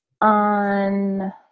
on